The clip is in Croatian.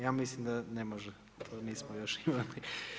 Ja mislim da ne može, to nismo još imali.